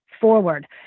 forward